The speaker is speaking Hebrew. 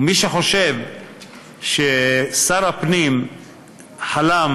ומי שחושב ששר הפנים חלם,